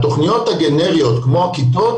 התכניות הגנריות כמו הכיתות,